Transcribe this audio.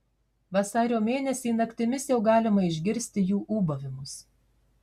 vasario mėnesį naktimis jau galima išgirsti jų ūbavimus